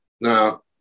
Now